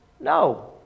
No